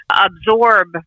absorb